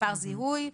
מספר זיהוי,